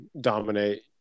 dominate